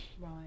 Right